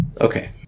Okay